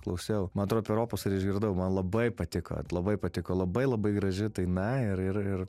klausiau man atrodo per opus ir išgirdau man labai patiko labai patiko labai labai graži daina ir ir